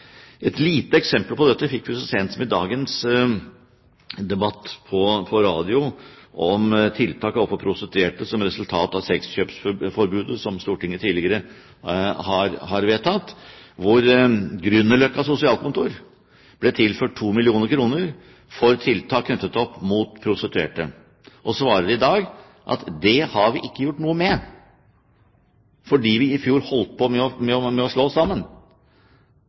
Et lite eksempel på dette fikk vi så sent som i dagens debatt på radio om tiltak overfor prostituerte som resultat av sexkjøpforbudet som Stortinget tidligere har vedtatt. Grünerløkka sosialkontor ble tilført 2 mill. kr til tiltak knyttet opp mot prostituerte. De svarer i dag at det har vi ikke gjort noe med fordi vi i fjor holdt på med å